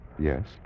Yes